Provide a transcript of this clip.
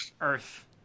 Earth